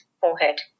forehead